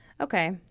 Okay